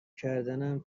کردنم